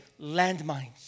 landmines